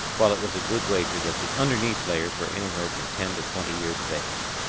while it was a good wager that the underneath layers were anywhere from ten to twenty years of age.